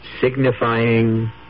signifying